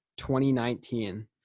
2019